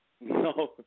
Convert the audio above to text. No